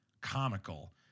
comical